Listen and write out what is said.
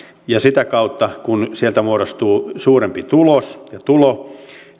ja sitä kautta kun sieltä muodostuu suurempi tulos ja tulo